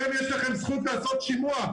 לכם יש זכות לעשות שימוע.